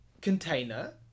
container